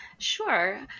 Sure